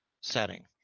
setting